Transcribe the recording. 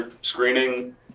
screening